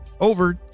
Over